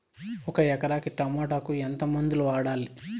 ఒక ఎకరాకి టమోటా కు ఎంత మందులు వాడాలి?